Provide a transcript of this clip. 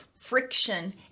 friction